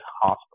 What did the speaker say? hospital